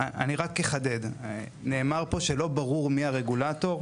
אני רק אחדד, נאמר פה שלא ברור מי הרגולטור?